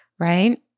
Right